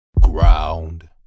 ground